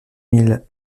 mille